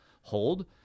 hold